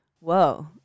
whoa